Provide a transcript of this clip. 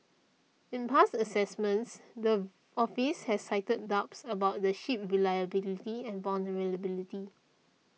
in past assessments the office has cited doubts about the ship's reliability and vulnerability